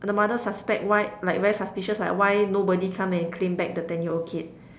the mother suspect why like very suspicious like why nobody come in and claim back the ten year old kid